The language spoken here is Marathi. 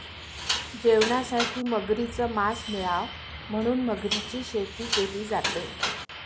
जेवणासाठी मगरीच मास मिळाव म्हणून मगरीची शेती केली जाते